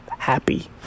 happy